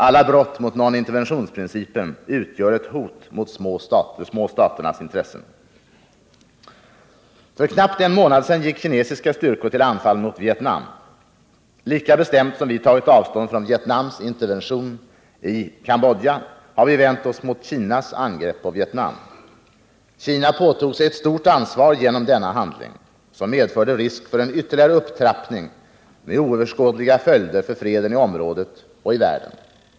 Alla brott mot noninterventionsprincipen utgör ett hot mot de små staternas intressen. För knappt en månad sedan gick kinesiska styrkor till anfall mot Vietnam. Lika bestämt som vi tagit avstånd från Vietnams intervention i Cambodja har vi vänt oss mot Kinas angrepp på Vietnam. Kina påtog sig ett stort ansvar genom denna handling, som medförde risk för en ytterligare upptrappning med oöverskådliga följder för freden i området och i världen.